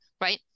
Right